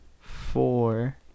four